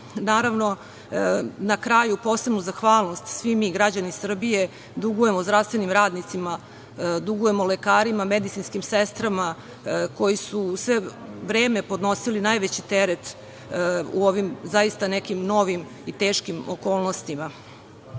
danas. Naravno, na kraju posebnu zahvalnost svi mi građani Srbije dugujemo zdravstvenim radnicima, dugujemo lekarima, medicinskim sestrama, koji su sve vreme podnosili najveći teret u ovim zaista nekim novim i teškim okolnostima.